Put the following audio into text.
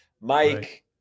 Mike